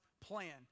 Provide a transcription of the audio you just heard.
plan